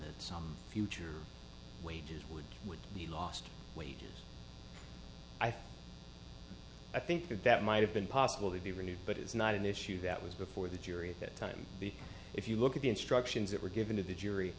that some future wages would would be lost wages i think that that might have been possible to be renewed but it's not an issue that was before the jury at that time be if you look at the instructions that were given to the jury